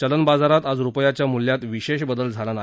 चलनबाजारात आज रुपयाच्या मूल्यात विशेष बदल झाला नाही